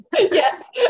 Yes